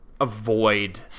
Avoid